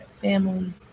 family